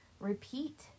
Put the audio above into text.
Repeat